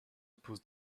pose